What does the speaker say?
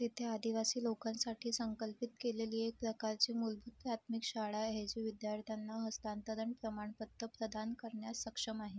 तेथे आदिवासी लोकांसाठी संकल्पित केलेली एक प्रकारची मूलभूत प्राथमिक शाळा आहे जी विद्यार्थ्यांना हस्तांतरण प्रमाणपत्र प्रदान करण्यास सक्षम आहे